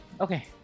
Okay